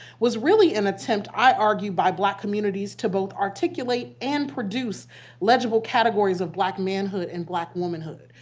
was really an attempt, i argue, by black communities to both articulate and produce legible categories of black manhood and black womanhood.